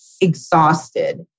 exhausted